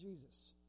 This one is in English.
Jesus